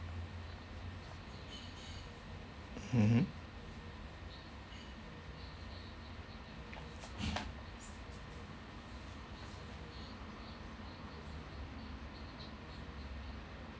mmhmm